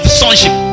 sonship